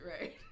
right